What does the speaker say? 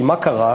כי מה קרה?